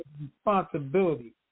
responsibility